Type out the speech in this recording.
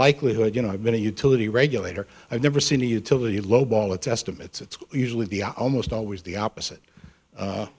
likelihood you know i've been a utility regulator i've never seen a utility lowball it's estimates it's usually the almost always the opposite